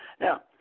Now